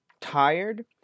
tired